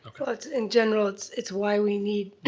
well it's in general, it's it's why we need,